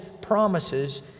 promises